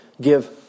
give